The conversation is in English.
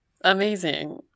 Amazing